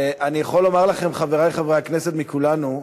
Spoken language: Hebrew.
אני יכול לומר לכם, חברי חברי הכנסת מכולנו,